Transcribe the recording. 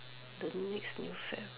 the next new fad